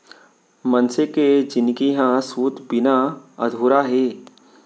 मनसे के जिनगी ह सूत बिना अधूरा हे